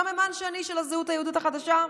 סממן שני של הזהות היהודית החדשה,